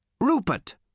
Rupert